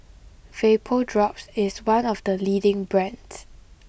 VapoDrops is one of the leading brands